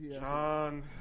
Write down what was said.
John